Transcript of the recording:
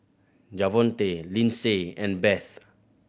Javonte Lyndsey and Beth